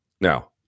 Now